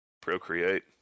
procreate